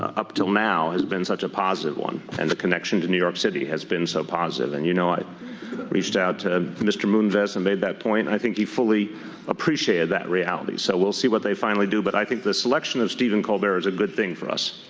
up until now has been such a positive one. and the connection to new york city has been so positive. and you know i reached out to mr. moonves and made that point. and i think he fully appreciated that reality. so we'll what they finally do but i think the selection of stephen colbert is a good thing for us.